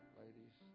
ladies